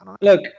look